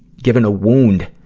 given a wound,